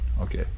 Okay